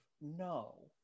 No